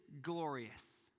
glorious